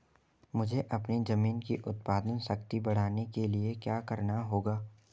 मुझे अपनी ज़मीन की उत्पादन शक्ति बढ़ाने के लिए क्या करना होगा?